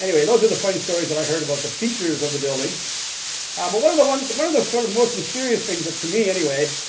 anyway those are the funny stories that i heard about the features of the building ah but one of the one one of the sort of most mysterious things to me anyway,